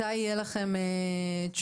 מתי יהיו לכם תשובות?